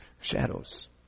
Shadows